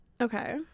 Okay